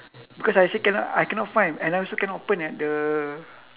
because I say cannot I cannot find and I also cannot open at the